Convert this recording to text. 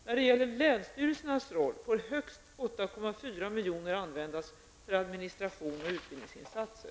När det gäller länsstyrelsernas roll får högst 8,4 milj.kr. användas för administration och utbildningsinsatser.